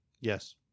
Yes